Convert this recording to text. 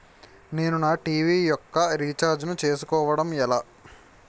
నేను నా టీ.వీ యెక్క రీఛార్జ్ ను చేసుకోవడం ఎలా?